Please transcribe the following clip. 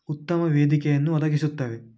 ಉತ್ತಮ ವೇದಿಕೆಯನ್ನು ಒದಗಿಸುತ್ತವೆ